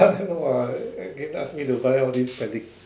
I don't know lah they ask me to buy all this ped~